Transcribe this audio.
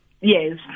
Yes